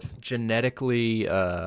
genetically